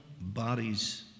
bodies